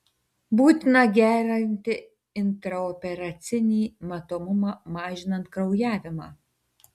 būtina gerinti intraoperacinį matomumą mažinant kraujavimą